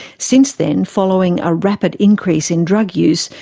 since then, following a rapid increase in drug use,